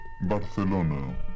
Barcelona